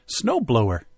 snowblower